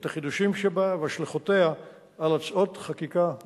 את החידושים שבה ואת השלכותיה על הצעות חקיקה עתידיות.